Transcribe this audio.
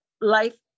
life